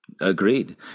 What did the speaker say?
Agreed